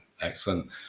excellent